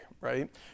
right